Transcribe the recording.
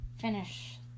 finish